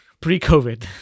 Pre-COVID